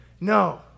No